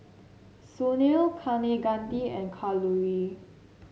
Sunil Kaneganti and Kalluri